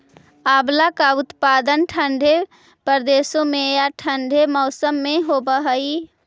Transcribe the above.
आंवला का उत्पादन ठंडे प्रदेश में या ठंडे मौसम में होव हई